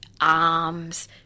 arms